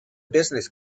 business